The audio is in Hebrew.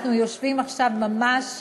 אנחנו עכשיו ממש